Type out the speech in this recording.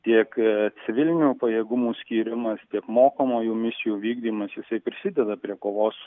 tiek civilinių pajėgumų skyrimas tiek mokomųjų misijų vykdymas jisai prisideda prie kovos